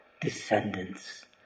descendants